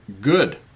good